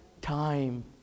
time